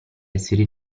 essere